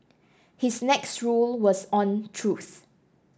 his next rule was on truth